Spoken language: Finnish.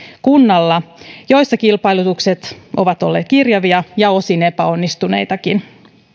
kunnalla joissa kilpailutukset ovat olleet kirjavia ja osin epäonnistuneitakin